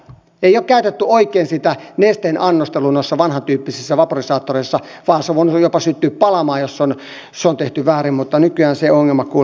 ei ole käytetty oikein sitä nesteen annostelua noissa vanhantyyppisissä vaporisaattoreissa vaan se on voinut jopa syttyä palamaan jos se on tehty väärin mutta nykyään se ongelma kuulemma on poistunut